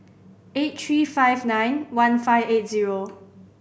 eight three five nine one five eight zero